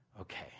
Okay